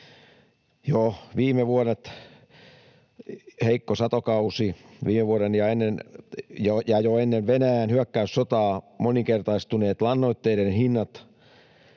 — viime vuoden heikko satokausi ja jo ennen Venäjän hyökkäyssotaa moninkertaistuneet lannoitteiden hinnat